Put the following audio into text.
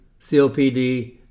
COPD